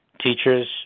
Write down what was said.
teachers